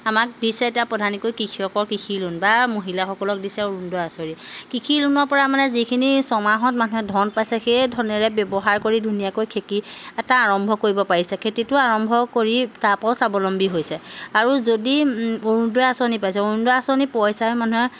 আমাক দিছে এতিয়া প্ৰধানকৈ কৃষকৰ কৃষি লোণ বা মহিলাসকলক দিছে অৰুণ উদয় আঁচনি কৃষি লোণৰ পৰা মানে যিখিনি ছয়মাহত মানুহে ধন পাইছে সেই ধনেৰে ব্যৱহাৰ কৰি ধুনীয়াকৈ খেতি এটা আৰম্ভ কৰিব পাৰিছে খেতিটো আৰম্ভ কৰি তাপাও স্বাৱলম্বী হৈছে আৰু যদি অৰুণ উদয় আঁচনি পাইছে অৰুণ উদয় আঁচনিৰ পইচাৰে মানুহে